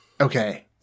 okay